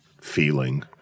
feeling